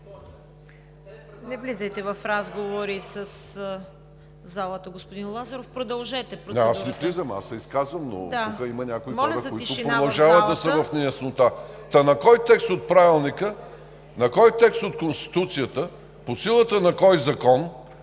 Не влизайте в разговори с залата, господин Лазаров. Продължете процедурата.